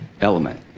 element